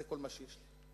זה כל מה שיש לי,